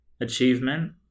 achievement